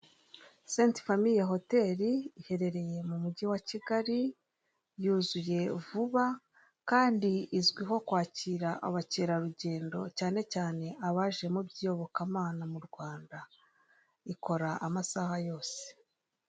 Saint Famille Hotel iherereye mumugi wa kigali yuzuye vuba kandi izwiho kwakira abakera rugendo cyane cyane abaje mubyiyoboka mana m'urwanda ikora amasaha yose.